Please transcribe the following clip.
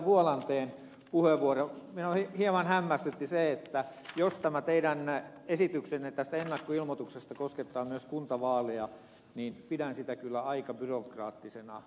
vuolanteen puheenvuoroa minua hieman hämmästytti se että jos tämä teidän esityksenne tästä ennakkoilmoituksesta koskettaa myös kuntavaaleja niin pidän sitä kyllä aika byrokraattisena liikkeenä